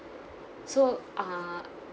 so err